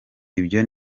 ibyo